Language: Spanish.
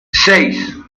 seis